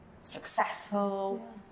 successful